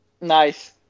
Nice